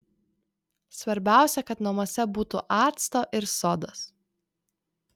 svarbiausia kad namuose būtų acto ir sodos